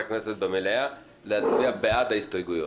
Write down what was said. הכנסת במליאה להצביע בעד ההסתייגויות.